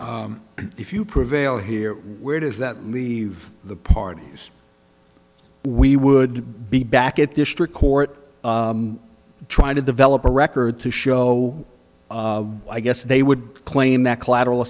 and if you prevail here where does that leave the parties we would be back at district court trying to develop a record to show i guess they would claim that collateral